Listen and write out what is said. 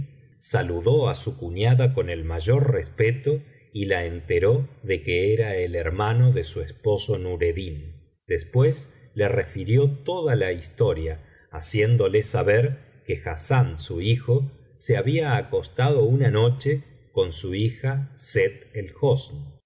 saludó á su cuñada con el mayor respeto y la enteró de que era el hermano de su esposo nureddin después le refirió toda la historia haciéndole saber que hassán su hijo se había acostado una noche con su hija sett